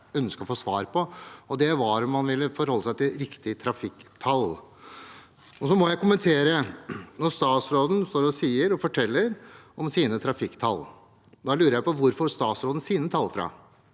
ønsket å få svar på, og det var om man ville forholde seg til riktig trafikktall. Så må jeg kommentere: Når statsråden står og forteller om sine trafikktall, lurer jeg på hvor statsråden får sine tall fra.